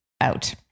out